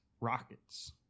rockets